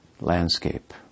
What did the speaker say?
landscape